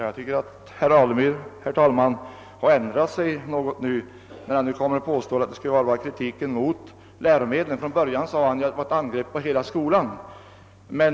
Jag tycker, herr talman, att herr Alemyr nu har ändrat sig något när han påstår att vi skulle kritisera bara läromedlen — från början sade han att det skulle vara fråga om ett angrepp på hela skolan.